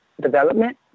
development